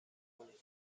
کنید